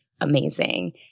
amazing